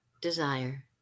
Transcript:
Desire